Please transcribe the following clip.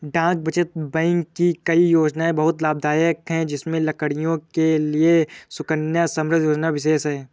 डाक बचत बैंक की कई योजनायें बहुत लाभदायक है जिसमें लड़कियों के लिए सुकन्या समृद्धि योजना विशेष है